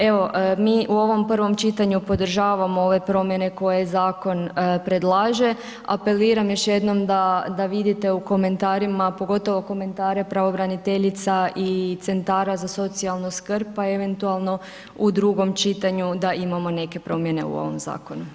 Evo, mi u ovom prvom čitanju podržavamo ove promjene koje zakon predlaže, apeliram još jednom da vidite u komentarima, pogotovo komentare pravobraniteljica i centara za socijalu skrb, pa eventualno u drugom čitanju da imamo neke promjene u ovom zakonu.